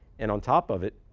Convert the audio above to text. and on top of it,